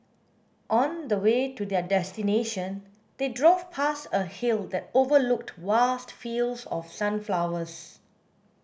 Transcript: on the way to their destination they drove past a hill that overlooked vast fields of sunflowers